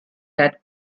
had